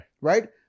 Right